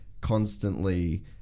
constantly